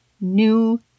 new